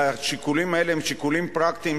השיקולים האלה הם שיקולים פרקטיים,